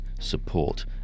support